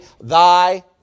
thy